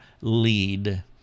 lead